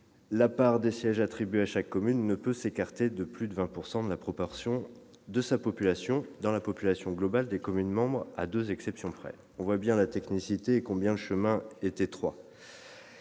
la part des sièges attribuée à chaque commune ne peut s'écarter de plus de 20 % de la part de sa population dans la population globale des communes membres, à deux exceptions près. On voit bien la technicité d'un tel dispositif et combien le chemin est étroit